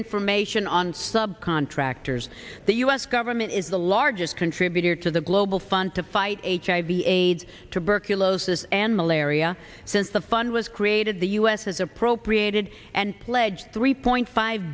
information on sub contractors the u s government is the largest contributor to the global fund to fight hiv aids tuberculosis and malaria since the fund was created the u s has appropriated and pledged three point five